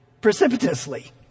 precipitously